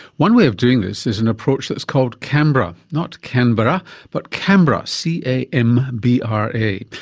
one way of doing this is an approach that's called cambra, not canberra but cambra, c a m b r a.